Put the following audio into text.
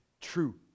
true